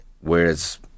whereas